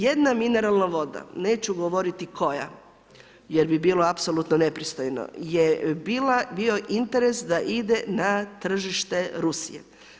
Jedna mineralna voda, neću govoriti koja jer bi bila apsolutno nepristojna, je bio interes da ide na tržište Rusije.